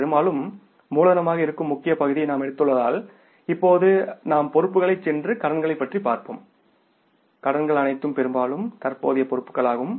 பெரும்பாலும் மூலதனமாக இருக்கும் முக்கிய பகுதியை நாம் எடுத்துள்ளதால் இப்போது நாம் பொறுப்புகளுக்குச் சென்று கடன்களைப் பற்றி பார்ப்போம் கடன்கள் அனைத்தும் பெரும்பாலும் தற்போதைய பொறுப்புகளாகும்